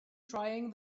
trying